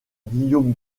guillaume